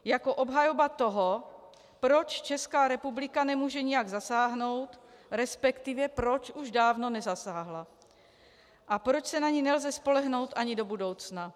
Jako obhajoba toho, proč Česká republika nemůže nijak zasáhnout, resp. proč už dávno nezasáhla a proč se na ni nelze spolehnout ani do budoucna.